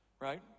right